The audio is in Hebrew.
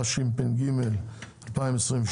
תשפ"ג-2023,